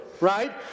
Right